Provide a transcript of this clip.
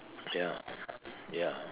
ya ya